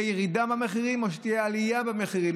עלייה במחירים או שתהיה ירידה במחירים,